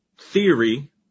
theory